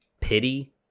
pity